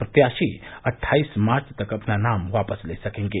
प्रत्याशी अट्ठाईस मार्च तक अपना नाम वापस ले सकेंगे